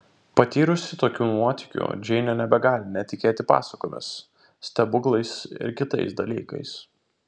patyrusi tokių nuotykių džeinė nebegali netikėti pasakomis stebuklais ir kitais dalykais